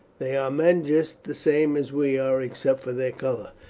they are men just the same as we are, except for their colour.